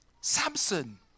Samson